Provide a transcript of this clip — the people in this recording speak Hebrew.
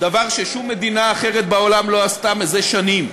דבר ששום מדינה אחרת בעולם לא עשתה מזה שנים.